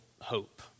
hope